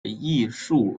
艺术